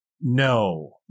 No